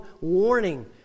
warning